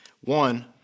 One